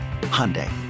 Hyundai